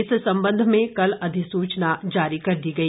इस सम्बंध में कल अधिसूचना जारी कर दी गई